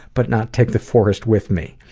but not take the forest with me.